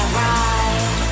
ride